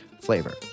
flavor